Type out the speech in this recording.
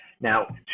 Now